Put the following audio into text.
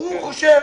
הוא חושב